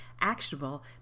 Actionable